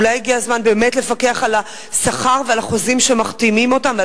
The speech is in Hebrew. אולי הגיע הזמן באמת לפקח על השכר ועל החוזים שמחתימים אותם ועל